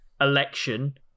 election